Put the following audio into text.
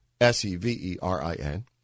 S-E-V-E-R-I-N